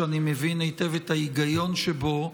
שאני מבין היטב את ההיגיון שבו,